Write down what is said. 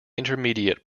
intermediate